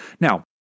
Now